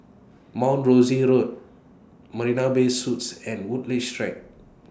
Mount Rosie Road Marina Bay Suites and Woodleigh She Track